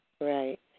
Right